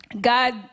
God